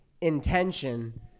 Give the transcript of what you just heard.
intention